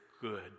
good